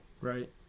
Right